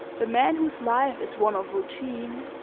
the man whose life is one of routine,